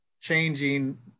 changing